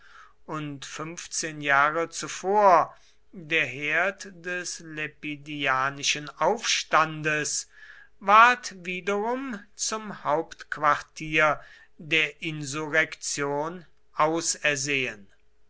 und fünfzehn jahre zuvor der herd des lepidianischen aufstandes ward wiederum zum hauptquartier der insurrektion